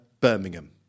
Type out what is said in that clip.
Birmingham